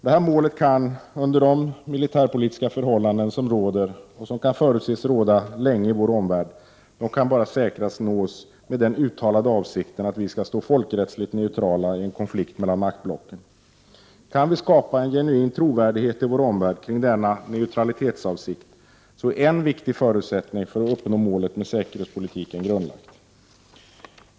Detta mål under de militärpolitiska förhållanden som råder och som kan förutses råda länge i vår omvärld kan bara nås med 93 den uttalade avsikten att vi skall stå folkrättsligt neutrala i en konflikt mellan maktblocken. Kan vi skapa en genuin trovärdighet i vår omvärld kring denna neutralitetsavsikt, är en viktig förutsättning för att uppnå målen med säkerhetspolitiken grundlagd.